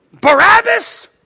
Barabbas